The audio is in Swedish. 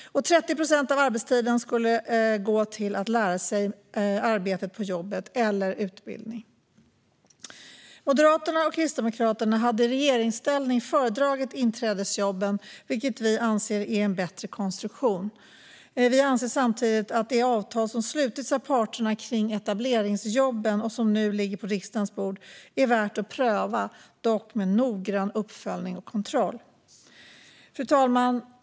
30 procent av arbetstiden skulle användas till att lära sig arbetet på jobbet eller till utbildning. Moderaterna och Kristdemokraterna hade i regeringsställning föredragit inträdesjobben, vilket vi anser är en bättre konstruktion. Vi anser samtidigt att det avtal som har slutits av parterna kring etableringsjobben, och som nu ligger som ett förslag på riksdagens bord, är värt att pröva, dock med noggrann uppföljning och kontroll. Fru talman!